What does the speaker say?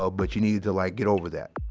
but you need to like get over that.